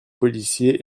policiers